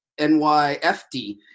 NYFD